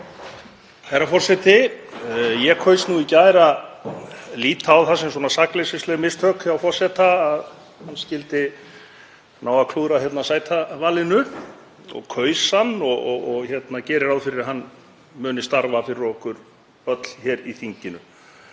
Herra forseti. Ég kaus í gær að líta á það sem sakleysisleg mistök hjá forseta að hann skyldi ná að klúðra sætavalinu. Ég kaus hann og geri ráð fyrir að hann muni starfa fyrir okkur öll hér í þinginu.